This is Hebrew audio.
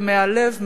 ומהלב,